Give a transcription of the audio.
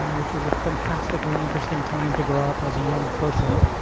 which was a fantastically interesting time to grow up as a young person.